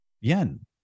yen